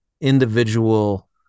individual